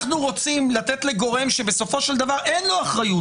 אנחנו רוצים לתת לגורם שבסופו של דבר אין לו אחריות,